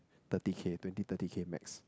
thirty K twenty thirty K max